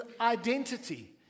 identity